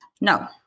No